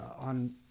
on